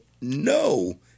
no